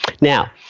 Now